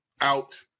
out